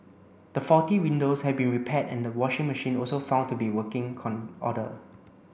the faulty windows had been repaired and the washing machine also found to be working order